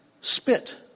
spit